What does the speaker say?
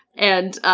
and